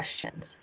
questions